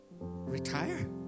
Retire